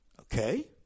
Okay